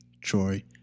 Troy